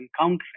encountering